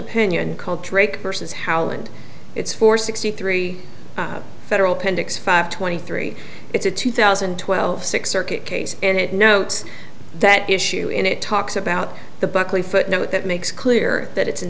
opinion called drake versus howell and it's four sixty three federal convicts five twenty three it's a two thousand and twelve six circuit case and it notes that issue and it talks about the buckley footnote that makes clear that it's an